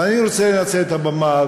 אבל אני רוצה לנצל את הבמה,